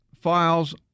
files